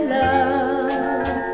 love